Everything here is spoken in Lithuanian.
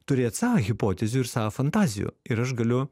turėt savo hipotezių ir savo fantazijų ir aš galiu